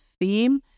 theme